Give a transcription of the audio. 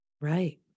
Right